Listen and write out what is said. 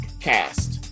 cast